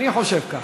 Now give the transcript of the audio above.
אני חושב כך.